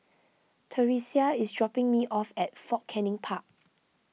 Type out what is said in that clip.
theresia is dropping me off at Fort Canning Park